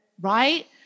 Right